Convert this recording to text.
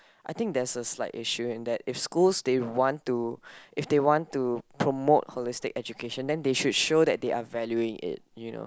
I think there's a slight issue in that if schools they want to if they want to promote holistic education then they should show that they are valuing it you know